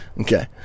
Okay